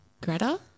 Greta